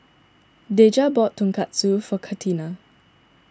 Dejah bought Tonkatsu for Catalina